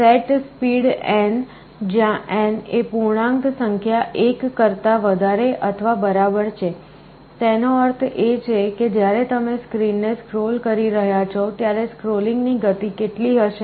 setSpeed જ્યાં n એ પૂર્ણાંક સંખ્યા 1 કરતા વધારે અથવા બરાબર છે તેનો અર્થ એ છે કે જ્યારે તમે સ્ક્રીન ને સ્ક્રોલ કરી રહ્યાં છો ત્યારે સ્ક્રોલિંગની ગતિ કેટલી હશે